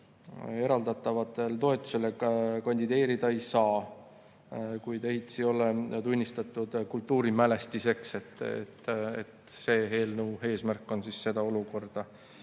eraldatavale toetusele kandideerida ei saa, kui ehitis ei ole tunnistatud kultuurimälestiseks. Eelnõu eesmärk on seda olukorda